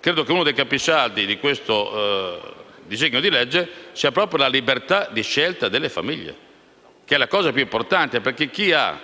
Credo che uno dei capisaldi del disegno di legge sia proprio la libertà di scelta delle famiglie, che è la cosa più importante. Chi ha